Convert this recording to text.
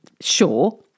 sure